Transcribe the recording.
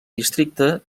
districte